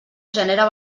genera